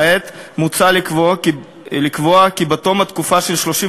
כעת מוצע לקבוע כי בתום התקופה של 36